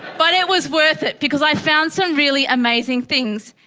but it was worth it because i found some really amazing things.